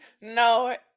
no